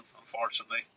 unfortunately